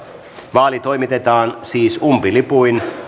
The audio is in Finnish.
vaali toimitetaan siis umpilipuin